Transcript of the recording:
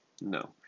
No